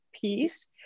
piece